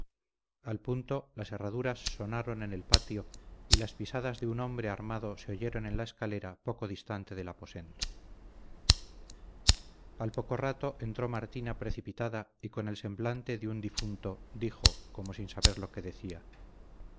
al punto las herraduras sonaron en el patio y las pisadas de un hombre armado se oyeron en la escalera poco distante del aposento al poco rato entró martina precipitada y con el semblante de un difunto dijo como sin saber lo que decía